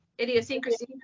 idiosyncrasy